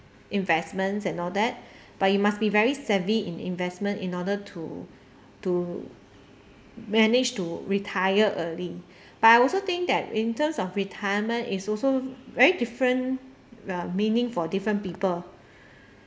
investments and all that but you must be very savvy in investment in order to to manage to retire early but I also think that in terms of retirement it's also very different well meaning for different people